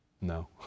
No